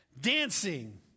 Dancing